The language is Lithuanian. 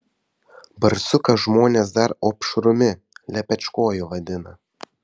barsuką žmonės dar opšrumi lepečkoju vadina